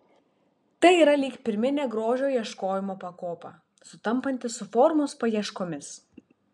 tai yra lyg pirminė grožio ieškojimo pakopa sutampanti su formos paieškomis